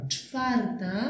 Czwarta